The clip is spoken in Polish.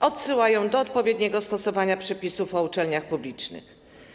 odsyłają do odpowiedniego stosowania przepisów o uczelniach publicznych.